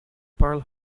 pearl